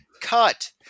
cut